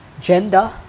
gender